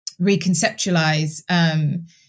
reconceptualize